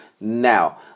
now